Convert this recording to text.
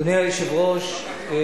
אדוני היושב-ראש,